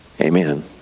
Amen